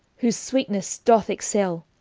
whose sweetness doth excelle,